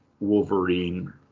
Wolverine